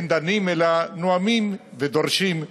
ואין דנים אלא נואמים ודורשים.